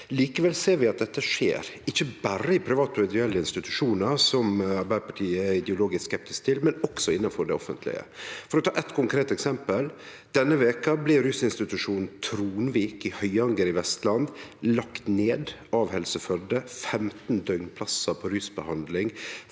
Likevel ser vi at dette skjer – ikkje berre i private og ideelle institusjonar, som Arbeidarpartiet er ideologisk skeptisk til, men også innanfor det offentlege. For å ta eitt konkret eksempel: Denne veka blei rusinstitusjonen Tronvik i Høyanger i Vestland lagt ned av Helse Førde. 15 døgnplassar på rusbehandling